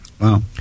Wow